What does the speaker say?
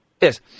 Yes